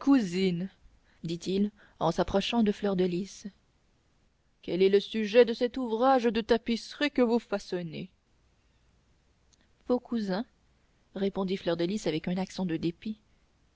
cousine dit-il en s'approchant de fleur de lys quel est le sujet de cet ouvrage de tapisserie que vous façonnez beau cousin répondit fleur de lys avec un accent de dépit